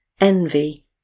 envy